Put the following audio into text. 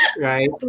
Right